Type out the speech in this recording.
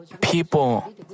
people